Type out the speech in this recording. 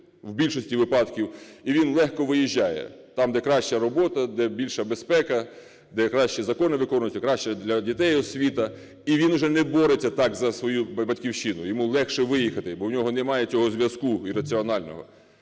в більшості випадків, і він легко виїжджає – там, де краща робота, де більша безпека, де краще закони виконуються, краща для дітей освіта. І він уже не бореться так за свою Батьківщину, йому легше виїхати, бо в нього немає цього зв'язку ірраціонального.